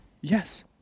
Yes